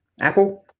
Apple